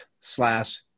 slash